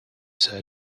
said